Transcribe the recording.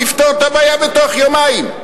הוא יפתור את הבעיה בתוך יומיים.